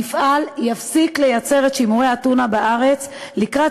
המפעל יפסיק לייצר את שימורי הטונה בארץ לקראת